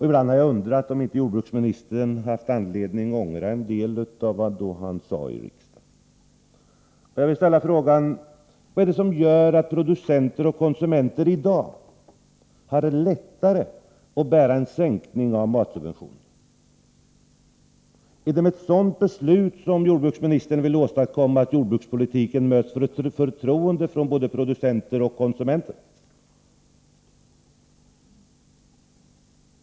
Ibland har jag undrat om inte jordbruksministern haft anledning att ångra en del av vad han då sade i riksdagen. Jag vill ställa frågan: Vad är det som gör att producenter och konsumenter i dag har lättare att bära en sänkning av matsubventionerna? Är det med sådana beslut som jordbruksministern vill åstadkomma att jordbrukspolitiken möts med förtroende från både producenter och konsumenter?